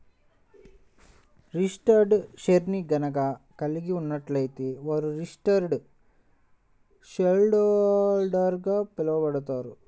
registered షేర్ని గనక కలిగి ఉన్నట్లయితే వారు రిజిస్టర్డ్ షేర్హోల్డర్గా పిలవబడతారు